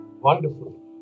Wonderful